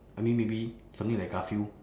I mean maybe something like garfield